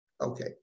Okay